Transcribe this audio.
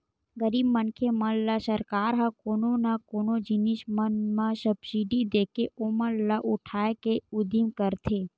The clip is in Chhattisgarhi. गरीब मनखे मन ल सरकार ह बरोबर कोनो न कोनो जिनिस मन म सब्सिडी देके ओमन ल उठाय के उदिम करथे